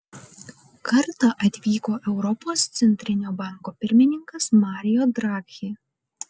kartą atvyko europos centrinio banko pirmininkas mario draghi